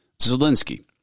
Zelensky